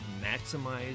maximize